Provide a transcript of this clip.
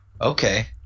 Okay